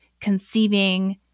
conceiving